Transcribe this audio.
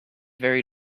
very